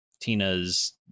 Tina's